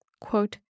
Quote